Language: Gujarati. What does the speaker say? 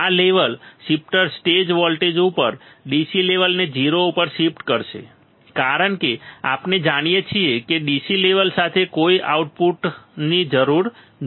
આ લેવલ શિફ્ટર સ્ટેજ વોલ્ટેજ ઉપર DC લેવલને 0 ઉપર શિફ્ટ કરશે કારણ કે આપણે જાણીએ છીએ કે DC લેવલ સાથે કોઇ આઉટપુટની જરૂર નથી